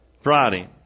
Friday